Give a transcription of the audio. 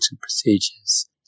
procedures